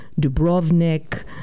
Dubrovnik